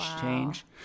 change